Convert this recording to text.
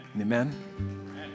Amen